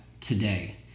today